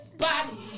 body